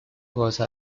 goza